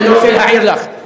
אני לא רוצה להעיר לךְ,